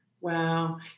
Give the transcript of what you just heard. wow